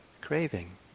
craving